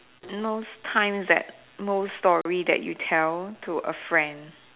most times that most story that you tell to a friend